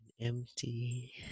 Empty